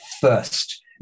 first